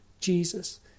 Jesus